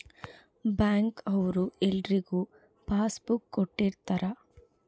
bank ಅವ್ರು ಎಲ್ರಿಗೂ passbook ಕೊಟ್ಟಿರ್ತರ